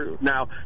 now